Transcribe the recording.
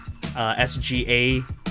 SGA